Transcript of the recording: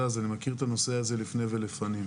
אז אני מכיר את הנושא הזה לפני ולפנים.